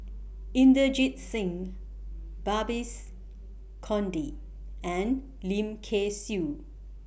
Inderjit Singh Babes Conde and Lim Kay Siu